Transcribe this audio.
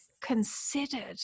considered